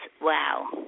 Wow